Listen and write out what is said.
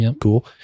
cool